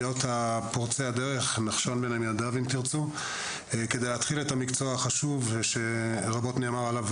פורצי הדרך כדי להתחיל את המקצוע החשוב שרבות נאמר עליו.